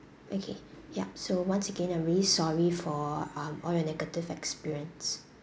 okay yup so once again I'm really sorry for um all your negative experience